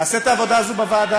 נעשה את העבודה הזאת בוועדה.